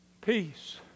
Peace